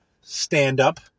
stand-up